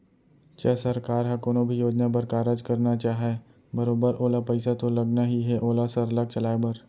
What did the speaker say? च सरकार ह कोनो भी योजना बर कारज करना चाहय बरोबर ओला पइसा तो लगना ही हे ओला सरलग चलाय बर